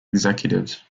executives